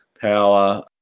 power